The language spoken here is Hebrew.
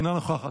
אינה נוכחת.